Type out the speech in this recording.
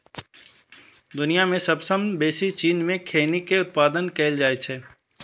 दुनिया मे सबसं बेसी चीन मे खैनी के उत्पादन कैल जाइ छै